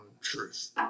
truth